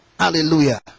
hallelujah